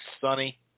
Sunny